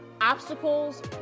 obstacles